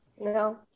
No